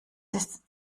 ist